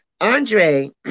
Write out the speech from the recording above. Andre